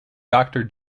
doctor